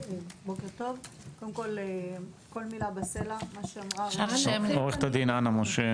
בוקר טוב, אנה משה,